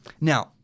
Now